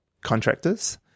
contractors